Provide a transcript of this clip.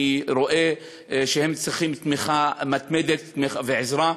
אני רואה שהם צריכים תמיכה מתמדת ועזרה,